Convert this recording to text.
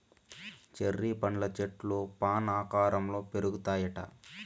cherry పండ్ల చెట్లు fan ఆకారంల పెరుగుతాయిట